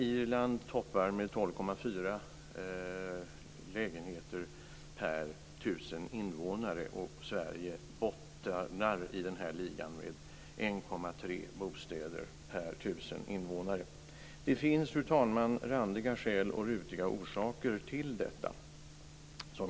Irland toppar med 12,4 lägenheter per tusen invånare. Sverige ligger i botten av den här ligan med 1,3 bostäder per tusen invånare. Fru talman! Det finns randiga skäl och rutiga orsaker till detta.